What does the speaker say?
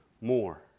more